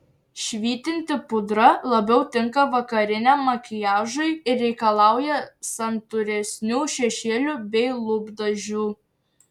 švytinti pudra labiau tinka vakariniam makiažui ir reikalauja santūresnių šešėlių bei lūpdažių